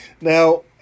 now